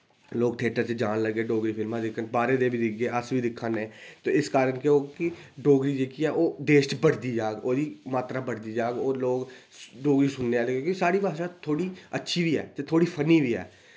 लोक थिएटर च जान लगे डोगरी फिल्मां दिक्खन बाह्रै दे बी दिखगे अस बी दिक्खा ने ते इस कारन केह् होग कि डोगरी जेह्की ऐ ओह् देश च बढ़दी जाह्ग ओह्दी मात्तरा बढ़दी जाह्ग होर लोग डोगरी सुनने आह्ले कि के साढ़ी भाशा थोह्ड़ी अच्छी बी ऐ ते थोह्ड़ी फनी बी ऐ